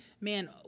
man